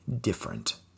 different